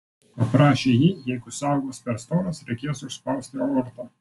paprašė ji jeigu sąaugos per storos reikės užspausti aortą